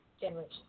Generation